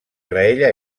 graella